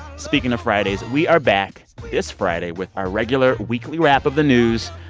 speaking of fridays, we are back this friday with our regular weekly wrap of the news.